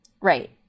Right